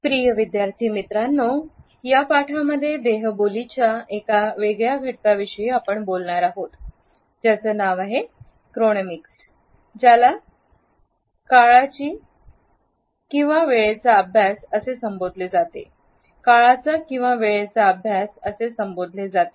प्रिय विद्यार्थी मित्रांनो या पाठांमध्ये देहबोली च्या एका वेगळ्या घटकाविषयी आपण बोलणार आहोत ज्याचं नाव आहे क्रोनोमिक्स ज्याला काळाची काळाचा किंवा वेळचा अभ्यास असे संबोधले जाते